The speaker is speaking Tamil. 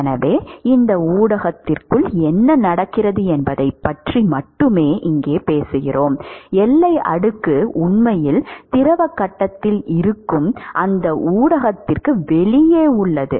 எனவே இந்த ஊடகத்திற்குள் என்ன நடக்கிறது என்பதைப் பற்றி மட்டுமே இங்கே பேசுகிறோம் எல்லை அடுக்கு உண்மையில் திரவ கட்டத்தில் இருக்கும் அந்த ஊடகத்திற்கு வெளியே உள்ளது